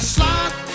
Slide